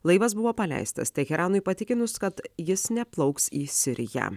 laivas buvo paleistas teheranui patikinus kad jis neplauks į siriją